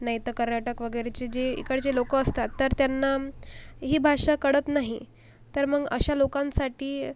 नाही तर कर्नाटक वगैरेचे जे इकडचे लोक असतात तर त्यांना म् ही भाषा कळत नाही तर मग अशा लोकांसाठी